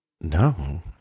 No